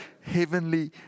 heavenly